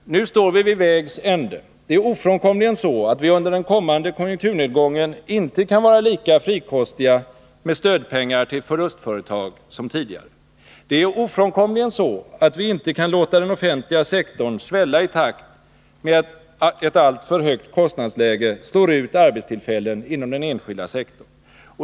Nu står vi vid vägs ände. Det är ofrånkomligen så att vi under den kommande konjunkturnedgången inte kan vara lika frikostiga med stödpengar till förlustföretag som tidigare. Det är ofrånkomligen så att vi inte kan låta den offentliga sektorn svälla i takt med att ett alltför högt kostnadsläge slår ut arbetstillfällen inom den enskilda sektorn.